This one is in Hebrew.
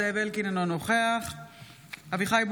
אינו נוכח ינון אזולאי,